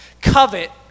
covet